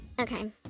Okay